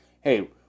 hey